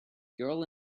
girl